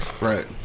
Right